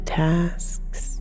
tasks